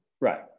Right